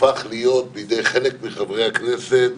הפך להיות בידי חלק מחברי הכנסת